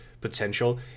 potential